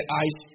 eyes